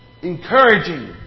encouraging